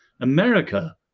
America